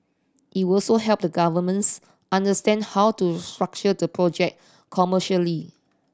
it will also help the governments understand how to structure the project commercially